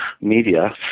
media